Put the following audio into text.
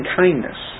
kindness